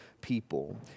people